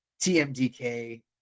TMDK